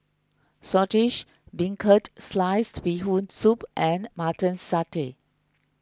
Saltish Beancurd Sliced Bee Hoon Soup and Mutton Satay